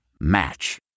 match